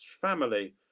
family